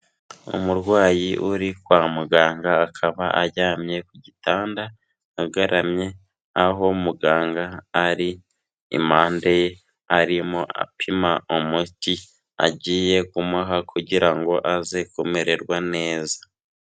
Umurwayi uri kwa muganga, akaba aryamye ku gitanda agaramye, aho muganga ari impande ye, arimo apima umuti agiye kumuha kugira ngo aze kumererwa neza.